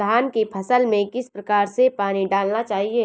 धान की फसल में किस प्रकार से पानी डालना चाहिए?